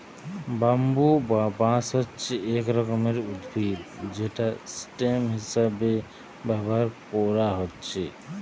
bamboo বা বাঁশ হচ্ছে এক রকমের উদ্ভিদ যেটা স্টেম হিসাবে ব্যাভার কোরা হচ্ছে